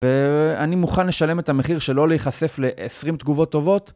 ואני מוכן לשלם את המחיר שלא להיחשף ל-20 תגובות טובות.